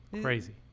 Crazy